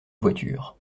voiture